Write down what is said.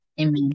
amen